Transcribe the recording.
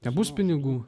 nebus pinigų